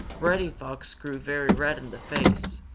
reddy fox grew very red in the face,